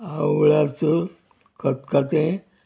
आवळ्याचो खतखतें